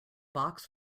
box